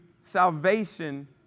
salvation